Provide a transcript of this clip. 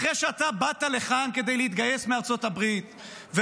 אחרי שאתה באת לכאן מארצות הברית כדי להתגייס,